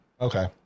Okay